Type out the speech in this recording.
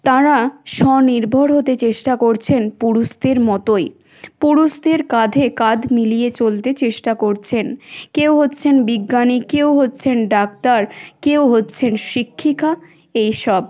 তারা স্বনির্ভর হতে চেষ্টা করছেন পুরুষদের মতোই পুরুষদের কাঁধে কাঁধ মিলিয়ে চলতে চেষ্টা করছেন কেউ হচ্ছেন বিজ্ঞানী কেউ হচ্ছেন ডাক্তার কেউ হচ্ছেন শিক্ষিকা এইসব